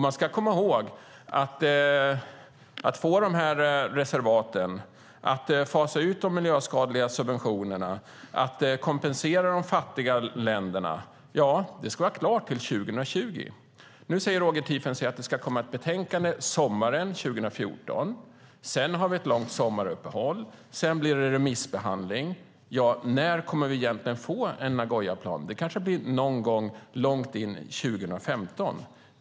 Man ska komma ihåg att det ska vara klart till 2020 att få de här reservaten, att fasa ut de miljöskadliga subventionerna och att kompensera de fattiga länderna. Nu säger Roger Tiefensee att det ska komma ett betänkande sommaren 2014. Sedan har vi ett långt sommaruppehåll, och sedan blir det remissbehandling. När kommer vi egentligen att få en Nagoyaplan? Det kanske blir någon gång långt in på 2015.